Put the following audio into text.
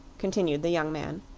continued the young man.